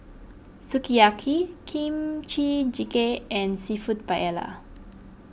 Sukiyaki Kimchi Jjigae and Seafood Paella